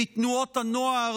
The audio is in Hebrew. לתנועות הנוער,